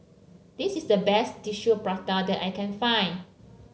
this is the best Tissue Prata that I can find